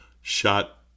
shot